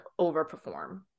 overperform